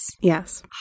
Yes